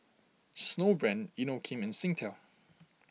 Snowbrand Inokim and Singtel